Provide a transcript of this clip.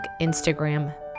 Instagram